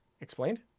explained